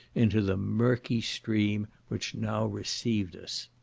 into the murky stream which now received us.